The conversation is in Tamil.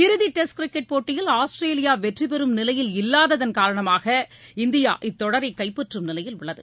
இறுதி டெஸ்ட் கிரிக்கெட் போட்டியில் ஆஸ்திரேலியா வெற்றி பெறும் நிலையில் இல்லாததன் காரணமாக இந்தியா இத்தொடரை கைப்பற்றும் நிலையில் உள்ளது